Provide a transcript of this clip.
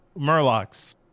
murlocs